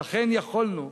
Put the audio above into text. ולכן יכולנו